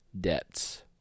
debts